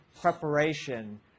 preparation